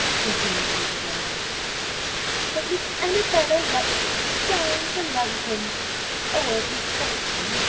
continued lady delacour that miss annabella luttridge is dying for love of him or of his fortune.